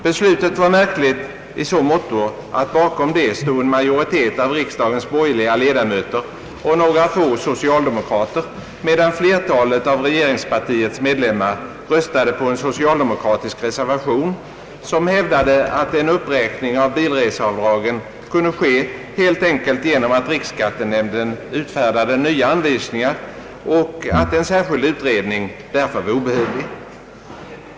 Beslutet var märkligt i så måtto att bakom det stod en majoritet av riksdagens borgerliga ledamöter och några få socialdemokrater, medan flertalet av regeringspartiets medlemmar röstade på en socialdemokratisk reservation, som hävdade att en uppräkning av bilreseavdragen kunde ske helt enkelt genom att riksskattenämnden utfärdade nya anvisningar och att en särskild utredning därför var obehövlig.